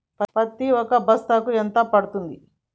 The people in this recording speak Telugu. పత్తి ఒక బస్తాలో ఎంత పడ్తుంది?